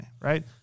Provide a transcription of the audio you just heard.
right